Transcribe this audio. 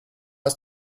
ist